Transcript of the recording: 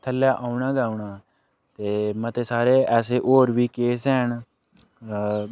थ'ल्ले औना गै औना ते मते सारे ऐसे होर बी केस हैन अ